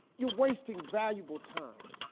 you're wasting valuable time.